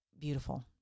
beautiful